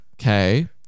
Okay